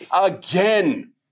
again